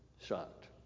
shocked